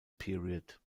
period